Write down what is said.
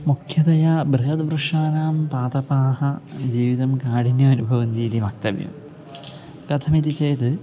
मुख्यतया बृहद् वृक्षाणां पादपानां जीवितं काठिन्यमनुभवन्ति इति वक्तव्यं कथमिति चेद्